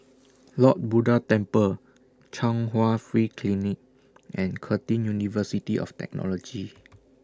Lord Buddha Temple Chung Hwa Free Clinic and Curtin University of Technology